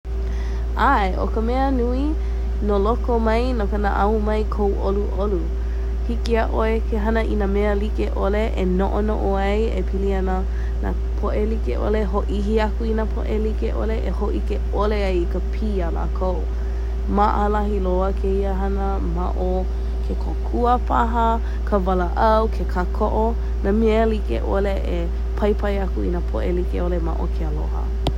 ʻAe o ka mea nui, no loko mai, no ka. naʻau mai kou ʻoluʻolu. Hiki iā ʻoe ke hana i nā mea likeʻole e noʻonoʻo ai e pili ana nā poʻe like ʻole, hōʻihi aku i nā poʻe likeʻole, hōʻihi aku i nā poʻe likeʻole e hōʻike ʻole ai i ka pī iā lākou. Maʻalahi loa kēia hana ma o ke kōkua paha, ka walaʻau, ke kākoʻo nā mea likeʻole e paipai nā poʻe likeʻole ma o ke aloha.